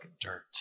dirt